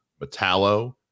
Metallo